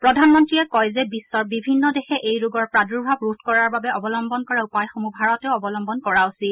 প্ৰধানমন্ত্ৰীয়ে কয় যে বিশ্বৰ বিভিন্ন দেশে এই ৰোগৰ প্ৰাদূৰ্ভাৱ ৰোধ কৰাৰ বাবে অৱলম্বন কৰা উপায়সমূহ ভাৰতেও অৱলম্বন কৰা উচিত